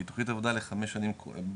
היא תוכנית עבודה לחמש שנים הבאות,